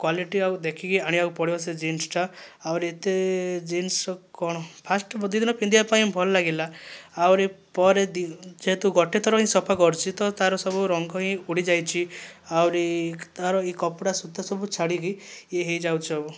quality ଆଉ ଦେଖିକି ଆଣିବାକୁ ପଡ଼ିବ ସେ ଜିନ୍ସଟା ଆହୁରି ଏତେ ଜିନ୍ସ କ'ଣ ଫାଷ୍ଟ ଦୁଇ ଦିନ ପିନ୍ଧିବା ପାଇଁ ଭଲ ଲାଗିଲା ଆହୁରି ପରେ ଯେହେତୁ ଗୋଟିଏ ଥର ସଫା କରିଛି ତା'ର ସବୁ ରଙ୍ଗ ହିଁ ଉଡ଼ିଯାଇଛି ଆହୁରି ତାର ଏ କପଡ଼ା ସୁତା ସବୁ ଛାଡ଼ିକି ଇଏ ହୋଇଯାଉଛି ସବୁ